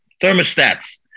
thermostats